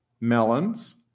melons